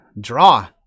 draw